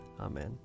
Amen